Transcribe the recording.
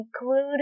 include